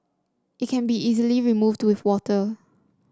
it can be easily removed to with water